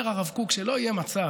אומר הרב קוק: שלא יהיה מצב